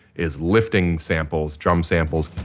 is lifting samples, drum samples,